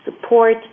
support